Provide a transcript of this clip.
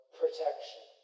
protection